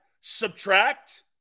subtract